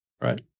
Right